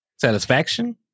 satisfaction